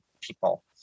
people